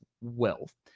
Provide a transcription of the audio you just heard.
wealth